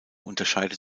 unterscheidet